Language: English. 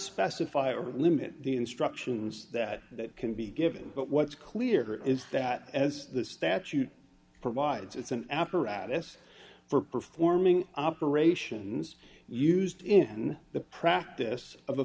specify or limit the instructions that can be given but what's clear here is that as the statute provides it's an apparatus for performing operations used in the practice of a